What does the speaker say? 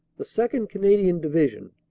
the second. canadian division,